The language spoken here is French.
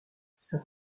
saint